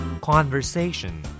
Conversation